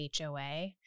HOA